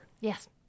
Yes